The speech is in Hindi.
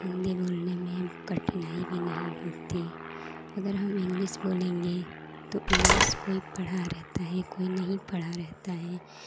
हिन्दी बोलने में कठिनाई भी नहीं होती अगर हम इंग्लिश बोलेंगे तो इंग्लिश कोइ पढ़ा रहता है कोइ नहीं पढ़ा रहता है